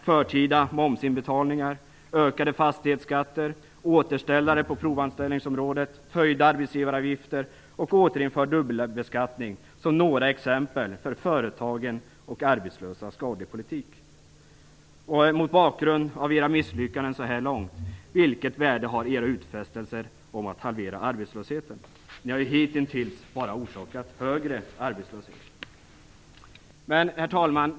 Förtida momsinbetalningar, ökade fastighetsskatter, återställare på provanställningsområdet, höjda arbetsgivaravgifter och återinförd dubbelbeskattning är några exempel på för företagen och de arbetslösa skadlig politik. Mot bakgrund av era misslyckanden så här långt, vilket värde har era utfästelser om att halvera arbetslösheten? Ni har ju hitintills bara orsakat högre arbetslöshet. Herr talman!